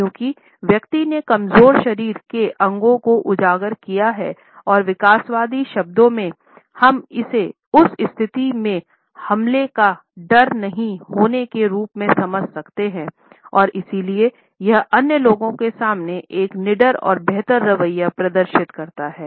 क्योंकि व्यक्ति ने कमजोर शरीर के अंगों को उजागर किया है और विकासवादी शब्दों में हम इसे उस स्थिति में हमले का डर नहीं होने के रूप में समझ सकते हैं और इसलिए यह अन्य लोगों के सामने एक निडर और बेहतर रवैया प्रदर्शित करता है